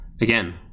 again